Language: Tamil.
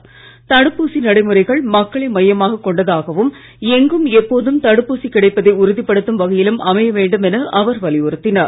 ராம் தடுப்பூசி நடைமுறைகள் மக்களை மையமாக கொண்டதாகவும் எங்கும் எப்போதும் தடுப்பூசி கிடைப்பதை உறுதிப்படுத்தும் வகையிலும் அமைய வேண்டும் என அவர் வலியுறுத்தினார்